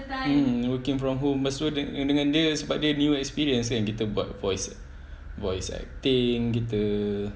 mm working from home lepas tu dengan dia sebab dia new experience kan kita buat voice voice acting gitu